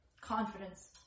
confidence